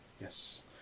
Yes